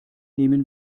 nehmen